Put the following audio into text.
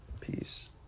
Peace